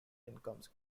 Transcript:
incomes